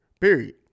period